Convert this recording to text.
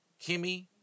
Kimmy